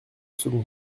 second